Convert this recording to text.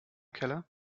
keller